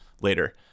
later